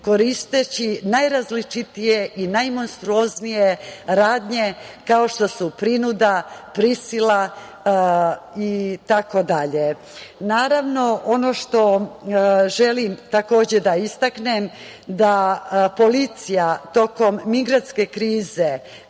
koristeći najrazličitije i najmonstruoznije radnje, kao što su prinuda, prisila itd. Naravno, ono što želim da istaknem jeste da je policija tokom migrantske krize,